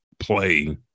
play